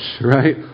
right